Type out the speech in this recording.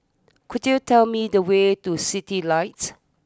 could you tell me the way to Citylights